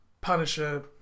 Punisher